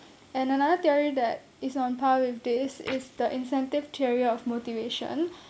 another theory that is on par with this is the incentive theory of motivation